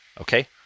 Okay